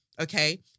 Okay